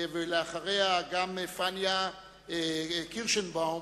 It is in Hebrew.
ואחריה, פניה קירשנבאום,